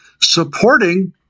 supporting